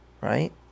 right